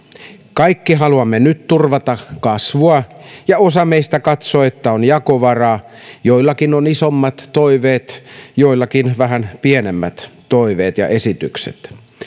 kaikki haluamme nyt turvata kasvua ja osa meistä katsoo että on jakovaraa joillakin on isommat toiveet joillakin vähän pienemmät toiveet ja esitykset